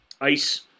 ice